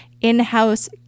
in-house